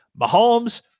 Mahomes